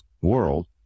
world